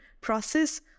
process